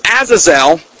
Azazel